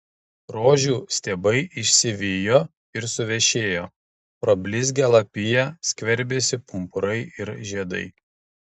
rožių stiebai išsivijo ir suvešėjo pro blizgią lapiją skverbėsi pumpurai ir žiedai